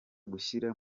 gushyira